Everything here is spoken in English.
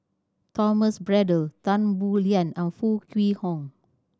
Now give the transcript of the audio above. Thomas Braddell Tan Boo Liat and Foo Kwee Horng